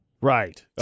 Right